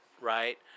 right